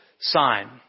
sign